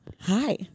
Hi